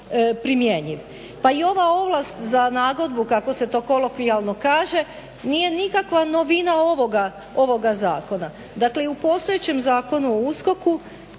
Pa i ova ovlast za nagodbu kako se to kolokvijalno kaže nije nikakva novina ovoga zakona. Dakle, i u postojećem Zakonu o USKOK-u